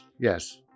Yes